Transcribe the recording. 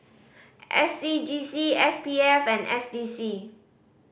S C G C S P F and S D C